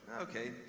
okay